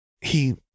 He